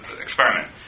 experiment